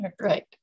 right